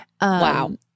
Wow